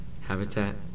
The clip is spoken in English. habitat